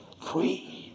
Free